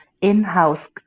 in-house